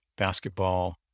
basketball